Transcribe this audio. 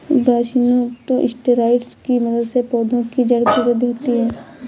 brassinosteroids की मदद से पौधों की जड़ की वृद्धि होती है